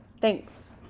Thanks